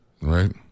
right